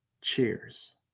cheers